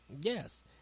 Yes